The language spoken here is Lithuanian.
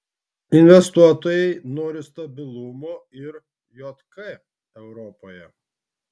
investuotojai nori stabilumo ir jk europoje